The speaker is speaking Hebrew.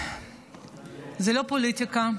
זו לא פוליטיקה,